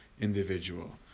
individual